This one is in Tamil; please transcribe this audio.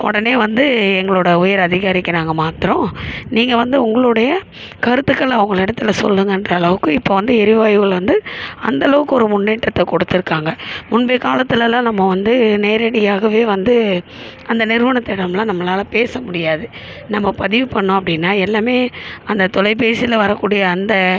உடனே வந்து எங்களோடய உயர் அதிகாரிக்கு நாங்கள் மாத்துகிறோம் நீங்க வந்து உங்களுடைய கருத்துக்களை அவர்கள் இடத்துல சொல்லுங்கள்ன்ற அளவுக்கு இப்போ வந்து எரிவாயுவில் வந்து அந்தளவுக்கு ஒரு முன்னேற்றத்தை கொடுத்துருக்காங்க முந்தைய காலத்திலெல்லாம் நம்ம வந்து நேரடியாகவே வந்து அந்த நிறுவனத்திடம்லாம் நம்மளால் பேச முடியாது நம்ம பதிவு பண்ணோம் அப்படின்னா எல்லாமே அந்த தொலைபேசியில் வரக்கூடிய அந்த